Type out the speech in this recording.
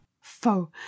Foe